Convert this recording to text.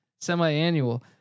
semi-annual